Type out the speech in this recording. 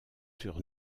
sur